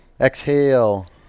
Exhale